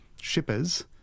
shippers